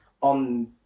on